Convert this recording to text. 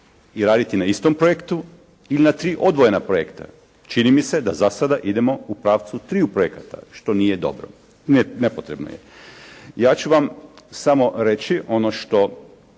i raditi na istom projektu ili na tri odvojena projekta. Čini mi se da za sada idemo u pravcu triju projekata što nije dobro, nepotrebno je. Ja ću vam samo reći ono što